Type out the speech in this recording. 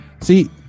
See